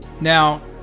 Now